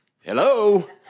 Hello